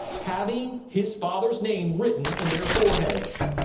having his father's name written in their foreheads.